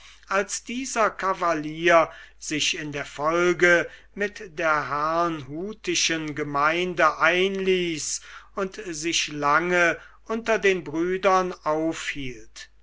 als dieser kavalier sich in der folge mit der herrnhutischen gemeinde einließ und sich lange unter den brüdern aufhielt